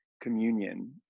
communion